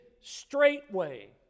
straightway